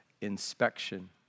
inspection